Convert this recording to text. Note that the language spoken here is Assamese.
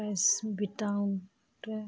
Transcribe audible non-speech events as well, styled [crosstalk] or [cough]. [unintelligible]